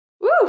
Woo